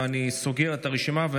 אני סוגר את הרשימה.